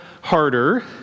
Harder